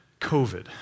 COVID